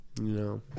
No